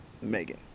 Megan